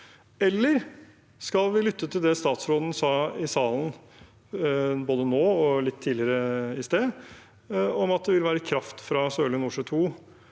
eller skal vi lytte til det statsråden sa i salen, både nå og i sted, om at det vil være kraft fra Sørlige Nordsjø II